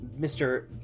Mr